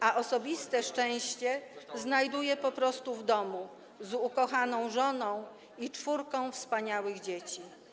A osobiste szczęście znajduje po prostu w domu z ukochaną żoną i czwórką wspaniałych dzieci.